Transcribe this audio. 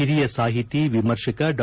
ಹಿರಿಯ ಸಾಹಿತಿ ವಿಮರ್ಶಕ ಡಾ